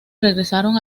regresaron